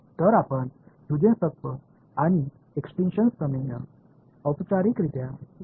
तर आपण ह्युजेन्स तत्व आणि एक्सटिन्क्शन प्रमेय औपचारिकरित्या घेऊया